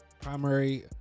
primary